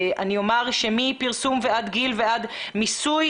אני אומר שמפרסום ועד גיל ועד מיסוי